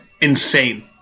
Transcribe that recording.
insane